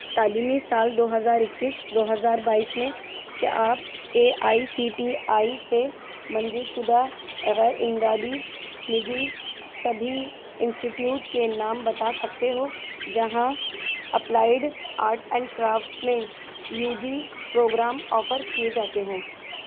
تعلیمی سال دو ہزار اکیس دو ہزار بائیس میں کیا آپ A I C T E سے منظور شدہ غیر امدادی نجی سبھی انسٹیٹیوٹ کے نام بتا سکتے ہو جہاں اپلائیڈ آرٹس اینڈ کرافٹس میں یو جی پروگرام آفر کیے جاتے ہوں